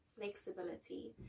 flexibility